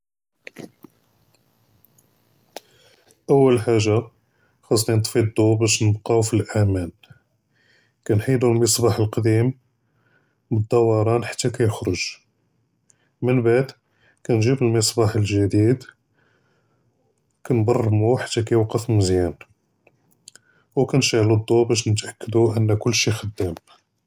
אול חאגה חאצני נטפי אלדו באש נבקאוו פלאמאן, כנחיידו אלמצבּאח אלקדيم בּאלדווראן חתא כיכרוג', מןבעד כנג'יב אלמצבּאח אלג'דיד כנברמו חתא כאיווקף מזיאן וכנשעלו אלדו באש נתאכּדו אן כלשי חדאם.